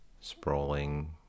sprawling